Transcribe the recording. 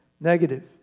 negative